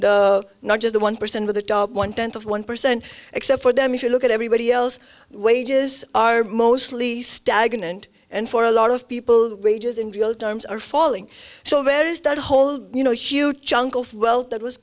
just the one percent of the top one tenth of one percent except for them if you look at everybody else wages are mostly stagnant and for a lot of people wages in real terms are falling so there is that whole you know huge chunk of wealth that was